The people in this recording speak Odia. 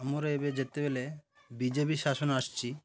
ଆମର ଏବେ ଯେତେବେଳେ ବି ଜେ ପି ଶାସନ ଆସିଛି